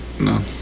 No